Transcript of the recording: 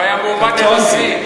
הוא היה מועמד לנשיא.